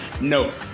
no